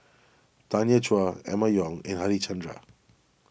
Tanya Chua Emma Yong and Harichandra